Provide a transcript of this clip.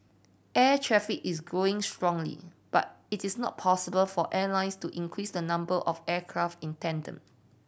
air traffic is growing strongly but it is not possible for airlines to increased the number of aircraft in tandem